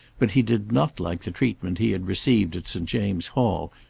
but he did not like the treatment he had received at st. james's hall,